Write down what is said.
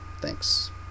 Thanks